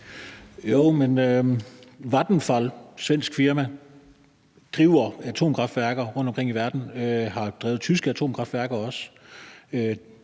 (LA): Vattenfall, et svensk firma, driver atomkraftværker rundtomkring i verden, har også drevet tyske atomkraftværker og